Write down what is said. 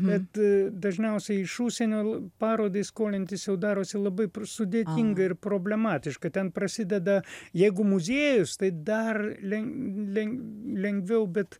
bet dažniausiai iš užsienio parodai skolintis jau darosi labai sudėtinga ir problematiška ten prasideda jeigu muziejus tai dar len len lengviau bet